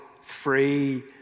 free